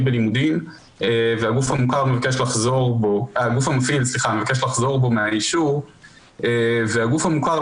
בלימודים והגוף המפעיל מבקש לחזור בו מהאישור והגוף המוכר,